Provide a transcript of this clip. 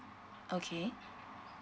okay